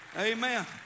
amen